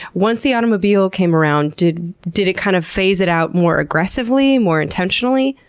once the automobile came around, did did it kind of phase it out more aggressively? more intentionally?